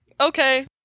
okay